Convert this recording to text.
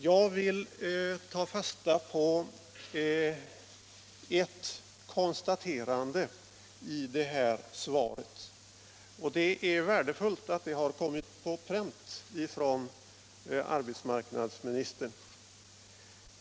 Jag vill dock ta fasta på ett konstaterande i svaret, och det är värdefullt att det har kommit på pränt från arbetsmarknadsministern.